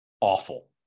awful